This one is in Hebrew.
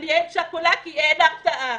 אני אם שכולה כי אין הרתעה.